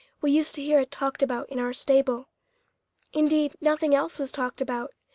we used to hear it talked about in our stable indeed, nothing else was talked about.